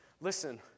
Listen